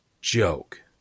joke